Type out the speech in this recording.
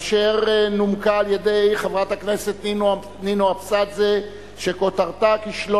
אשר נומקה על-ידי חברת הכנסת נינו אבסדזה וכותרתה: כישלון